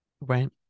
Right